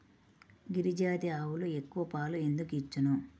గిరిజాతి ఆవులు ఎక్కువ పాలు ఎందుకు ఇచ్చును?